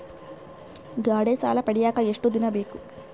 ಗಾಡೇ ಸಾಲ ಪಡಿಯಾಕ ಎಷ್ಟು ದಿನ ಬೇಕು?